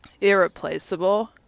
Irreplaceable